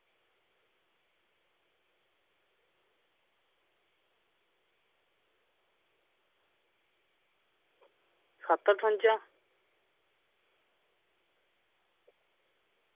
सट्ठ ठुंजा